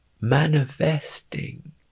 manifesting